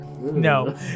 no